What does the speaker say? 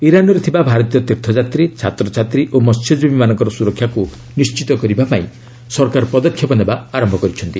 ଇରାନ୍ରେ ଥିବା ଭାରତୀୟ ତୀର୍ଥଯାତ୍ରୀ ଛାତ୍ରଛାତ୍ରୀ ଓ ମହ୍ୟଜୀବୀମାନଙ୍କର ସୁରକ୍ଷାକୁ ନିଣ୍ଚିତ କରିବାପାଇଁ ସରକାର ପଦକ୍ଷେପ ନେବା ଆରମ୍ଭ କରିଛନ୍ତି